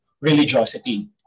religiosity